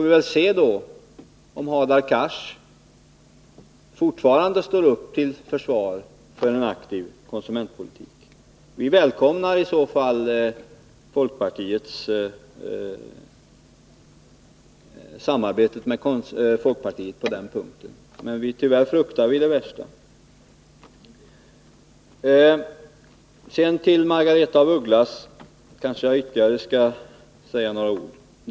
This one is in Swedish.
Vi får då se om Hadar Cars fortfarande står upp till försvar för en aktiv konsumentpolitik. Vi välkomnar i så fall samarbetet med folkpartiet på den punkten, men tyvärr fruktar vi det värsta. Sedan vill jag säga ytterligare några ord till Margaretha af Ugglas.